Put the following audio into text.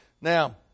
Now